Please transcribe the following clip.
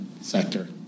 sector